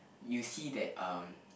you see that um